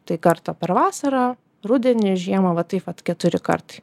tai kartą per vasarą rudenį žiemą va taip vat keturi kartai